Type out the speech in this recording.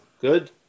Good